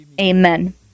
Amen